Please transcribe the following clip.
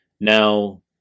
Now